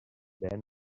then